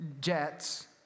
jets